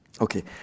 Okay